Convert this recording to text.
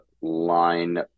line